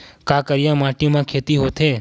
का करिया माटी म खेती होथे?